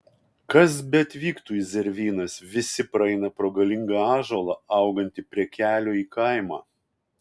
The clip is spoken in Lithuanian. kas beatvyktų į zervynas visi praeina pro galingą ąžuolą augantį prie kelio į kaimą